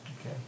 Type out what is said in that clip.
Okay